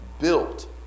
built